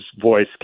voice